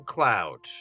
Cloud